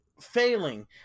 failing